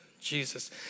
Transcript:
Jesus